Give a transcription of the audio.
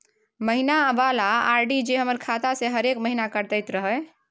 महीना वाला आर.डी जे हमर खाता से हरेक महीना कटैत रहे?